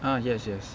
ah yes yes